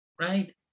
right